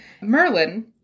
Merlin